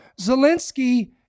Zelensky